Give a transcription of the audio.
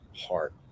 heart